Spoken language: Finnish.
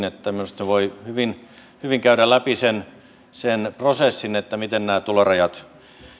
että minusta voi hyvin hyvin käydä läpi sen sen prosessin miten nämä tulorajat